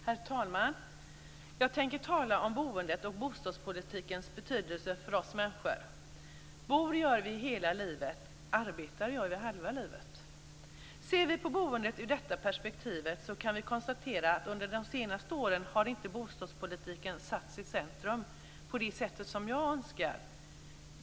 Herr talman! Jag tänker tala om boendet och bostadspolitikens betydelse för oss människor. Bor gör vi hela livet, arbetar gör vi halva livet. Ser vi boendet ur detta perspektiv kan vi konstatera att bostadspolitiken under de senaste åren inte satts i centrum på det sätt som jag önskar.